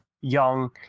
young